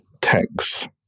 text